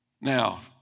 Now